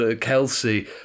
Kelsey